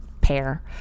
pair